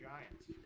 Giants